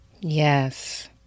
Yes